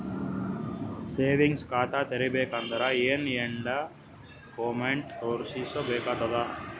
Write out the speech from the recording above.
Savings ಖಾತಾ ತೇರಿಬೇಕಂದರ ಏನ್ ಏನ್ಡಾ ಕೊಮೆಂಟ ತೋರಿಸ ಬೇಕಾತದ?